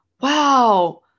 wow